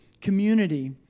community